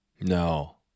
No